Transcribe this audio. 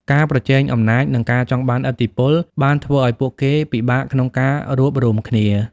ការប្រជែងអំណាច និងការចង់បានឥទ្ធិពល បានធ្វើឱ្យពួកគេពិបាកក្នុងការរួបរួមគ្នា។